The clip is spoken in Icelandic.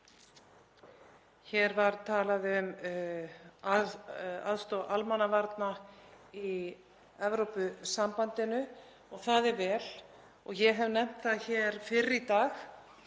Hér var talað um aðstoð almannavarna í Evrópusambandinu og það er vel. Ég hef nefnt það hér fyrr í dag